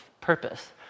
purpose